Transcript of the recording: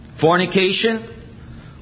fornication